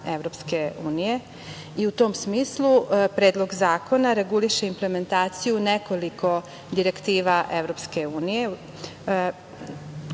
Evropske unije. U tom smislu Predlog zakona reguliše implementaciju nekoliko direktiva EU, kao